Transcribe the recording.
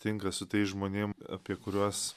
tinka su tais žmonėm apie kuriuos